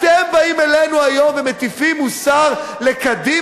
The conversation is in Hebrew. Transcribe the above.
אתם באים אלינו, היום, ומטיפים מוסר לקדימה?